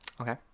Okay